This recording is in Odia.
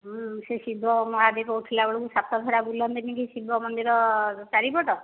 ହଁ ସେ ଶିବ ମହାଦୀପ ଉଠିଲା ବେଳକୁ ସାତ ଭରା ବୁଲନ୍ତିନି କି ଶିବ ମନ୍ଦିର ଚାରିପଟ